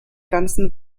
ganzen